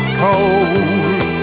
cold